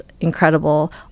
incredible